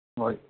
okay